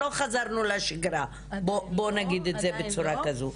לא חזרנו לשגרה אפשר להגיד את זה בצורה כזו.